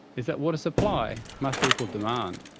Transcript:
is that water supply must equal demand.